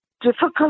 difficult